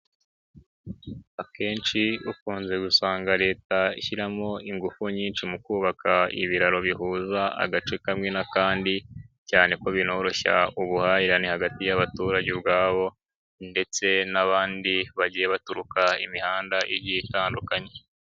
Akenshi ukunze gusanga Leta ishyiramo ingufu nyinshi mu kubaka ibiraro bihuza agace kamwe n'akandi, cyane ko binoroshya ubuhahirane hagati y'abaturage ubwabo ndetse n'abandi, bagiye baturuka imihanda itandukanye.